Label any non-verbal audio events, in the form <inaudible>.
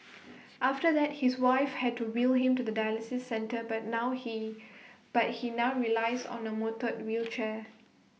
<noise> after that his wife had to wheel him to the dialysis centre but now he but he now relies on A motel wheelchair